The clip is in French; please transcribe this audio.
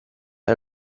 est